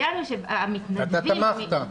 ואתה תמכת.